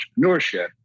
entrepreneurship